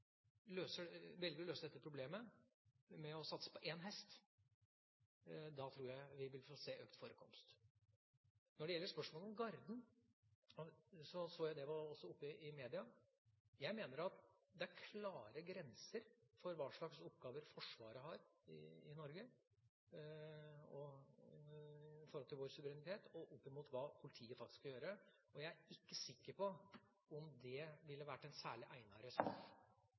å satse på én hest, tror jeg vi vil få se en økt forekomst. Når det gjelder spørsmålet om Garden, så jeg at det var oppe i media. Jeg mener at det er klare grenser for hva slags oppgaver Forsvaret har i Norge når det gjelder vår suverenitet, og hva politiet skal gjøre. Jeg er ikke sikker på om Garden ville vært en særlig